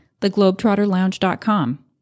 theglobetrotterlounge.com